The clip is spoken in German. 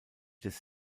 des